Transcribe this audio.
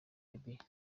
libya